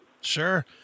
Sure